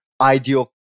ideal